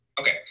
Okay